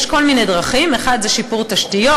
יש כל מיני דרכים: 1. שיפור תשתיות,